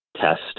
test